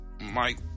Mike